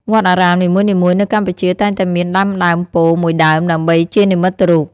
វត្តអារាមនីមួយៗនៅកម្ពុជាតែងតែមានដាំដើមពោធិ៍មួយដើមដើម្បីជានិមិត្តរូប។